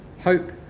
hope